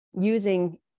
using